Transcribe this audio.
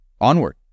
Onward